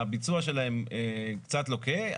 הביצוע שלהם קצת לוקה,